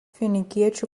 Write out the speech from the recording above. finikiečių